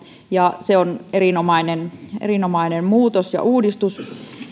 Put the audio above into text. ja se on erinomainen erinomainen muutos ja uudistus